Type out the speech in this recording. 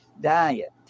diet